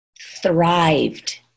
thrived